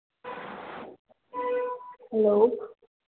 hello